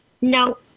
no